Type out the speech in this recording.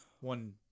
One